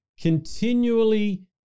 continually